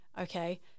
Okay